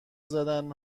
زدن